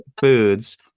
foods